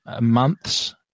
months